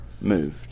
moved